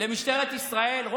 למשטרת ישראל?